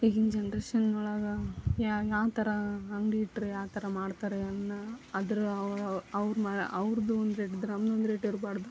ಈಗಿನ ಜನ್ರೇಶನ್ ಒಳಗೆ ಯಾವ ಥರ ಅಂಗಡಿ ಇಟ್ಟರೆ ಯಾವ ಥರ ಮಾಡ್ತಾರೆ ಅನ್ನೋ ಅದರ ಅವ್ರ ಮ ಅವ್ರದ್ದು ಒಂದು ರೇಟ್ ಇದ್ದರೆ ನಮ್ದೊಂದು ರೇಟ್ ಇರಬಾರ್ದು